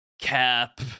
cap